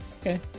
Okay